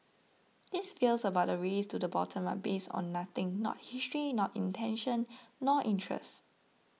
these fears about a race to the bottom are based on nothing not history not intention nor interest